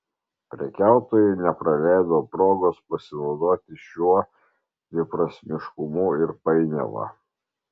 prekiautojai nepraleido progos pasinaudoti šiuo dviprasmiškumu ir painiava